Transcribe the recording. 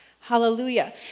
Hallelujah